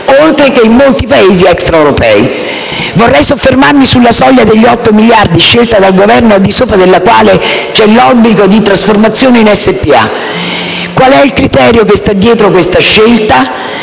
oltre che in molti Paesi extraeuropei. Vorrei soffermarmi sulla soglia degli 8 miliardi, scelta dal Governo, al di sopra della quale c'è l'obbligo di trasformazione in società per azioni: qual è il criterio che sta dietro questa scelta?